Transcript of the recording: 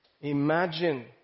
Imagine